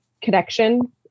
connection